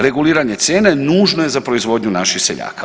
Reguliranje cijene nužno je za proizvodnju naših seljaka.